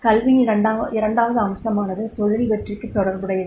கல்வியின் இரண்டாவது அம்சமானது தொழில் வெற்றிக்கு தொடர்புடையது